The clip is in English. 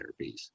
therapies